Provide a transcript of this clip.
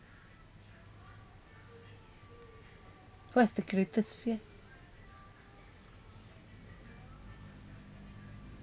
what is the greatest fear